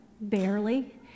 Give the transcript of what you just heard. barely